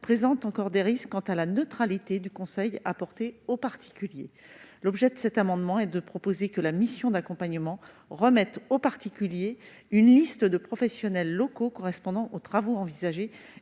présente encore des risques quant à la neutralité du conseil apporté aux particuliers. Cet amendement vise à permettre que la mission d'accompagnement remette aux particuliers une liste de professionnels locaux en fonction des travaux envisagés